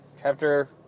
Chapter